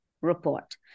report